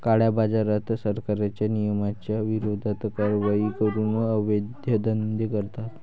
काळ्याबाजारात, सरकारच्या नियमांच्या विरोधात कारवाई करून अवैध धंदे करतात